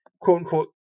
quote-unquote